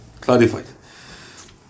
clarified